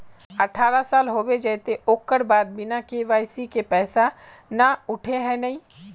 अठारह साल होबे जयते ओकर बाद बिना के.वाई.सी के पैसा न उठे है नय?